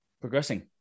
progressing